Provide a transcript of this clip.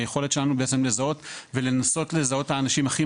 היכולת שלנו לזהות ולנסות לזהות את האנשים הכי